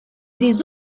des